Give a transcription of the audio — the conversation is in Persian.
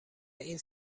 این